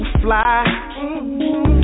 fly